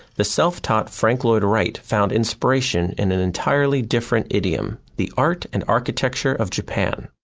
the self taught frank lloyd wright found inspiration in an entirely different idiom, the art and architecture of japan.